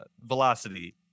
velocity